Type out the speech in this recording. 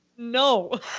No